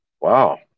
Wow